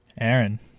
Aaron